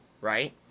right